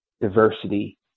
diversity